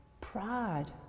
Pride